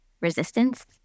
resistance